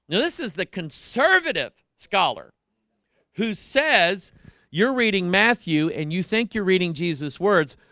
this is the conservative scholar who says you're reading matthew and you think you're reading jesus words?